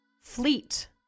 fleet